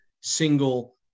single